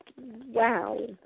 wow